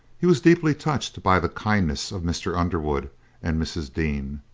he was deeply touched by the kindness of mr. underwood and mrs. dean,